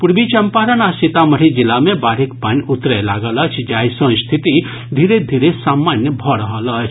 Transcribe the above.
पूर्वी चंपारण आ सीतामढ़ी जिला मे बाढ़िक पानि उतरय लागल अछि जाहि सॅ स्थिति धीरे धीरे सामान्य भऽ रहल अछि